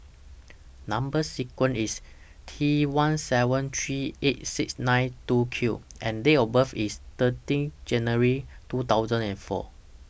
Number sequence IS T one seven three eight six nine two Q and Date of birth IS thirty January two thousand and four